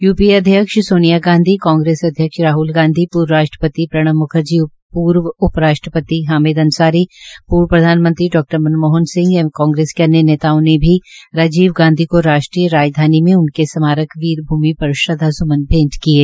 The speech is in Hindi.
यूपीए अध्यक्ष सोनिया गांधी कांग्रेस अध्यक्ष राहल गांधी पूर्व राष्ट्रपति प्रणब मुखर्जी पूर्व उप राष्ट्रपति हामिल अंसारी पूर्व प्रधानमंत्री डा मनमोहन सिंह एवं कांग्रेस के अन्य नेताओं ने भी राजीव गांधी को राष्ट्रीय राजधानी में उनके स्मारक वीर भूमि पर श्रद्वा स्मन भेंट किये